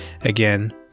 Again